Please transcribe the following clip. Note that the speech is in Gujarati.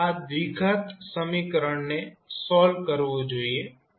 આપણે આ દ્વિઘાત સમીકરણને સોલ્વ કરવું જોઈએ